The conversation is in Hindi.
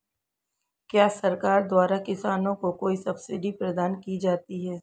क्या सरकार द्वारा किसानों को कोई सब्सिडी प्रदान की जाती है?